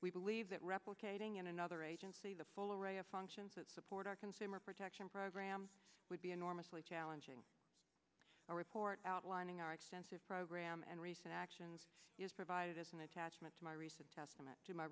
we believe that replicating in another agency the full array of functions that support our consumer protection program would be enormously challenging a report outlining our extensive program and recent actions is provided as an attachment to my recent testament to my